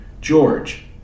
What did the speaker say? George